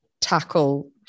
tackle